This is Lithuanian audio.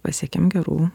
pasiekiam gerų